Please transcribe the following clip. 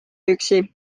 üksi